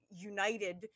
united